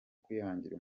kwihangira